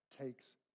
takes